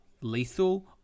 lethal